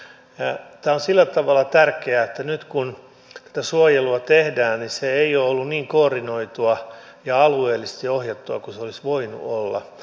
tämä on sillä tavalla tärkeää että nyt kun tätä suojelua tehdään niin se ei ole ollut niin koordinoitua ja alueellisesti ohjattua kuin se olisi voinut olla